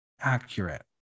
accurate